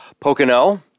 Pocono